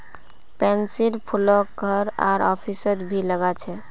पैन्सीर फूलक घर आर ऑफिसत भी लगा छे